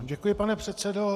Děkuji, pane předsedo.